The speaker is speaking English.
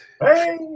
Hey